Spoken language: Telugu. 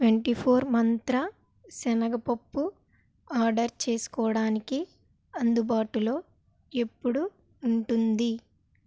ట్వెంటీ ఫోర్ మంత్ర శనగ పప్పు ఆర్డర్ చేసుకోవడానికి అందుబాటులో ఎప్పుడూ ఉంటుంది